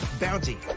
Bounty